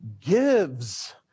gives